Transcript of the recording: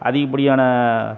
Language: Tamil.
அதிகப்படியான